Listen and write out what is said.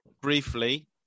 Briefly